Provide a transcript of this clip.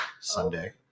Sunday